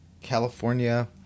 California